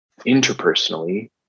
interpersonally